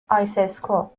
آیسِسکو